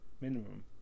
minimum